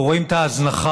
אנחנו רואים את ההזנחה,